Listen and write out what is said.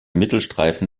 mittelstreifen